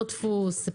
לא דפוס,